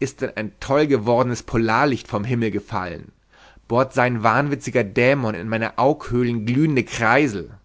ist denn ein tollgewordenes polarlicht vom himmel gefallen bohrt sein wahnwitziger dämon in meine aughöhlen glühende kreisel